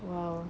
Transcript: !wow!